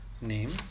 name